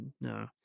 no